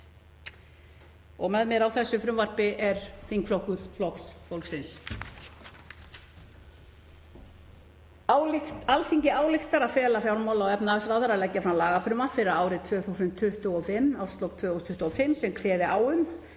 kr. Með mér á þessu frumvarpi er þingflokkur Flokks fólksins. Alþingi ályktar að fela fjármála- og efnahagsráðherra að leggja fram lagafrumvarp fyrir árslok 2025 sem kveði á um